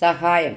സഹായം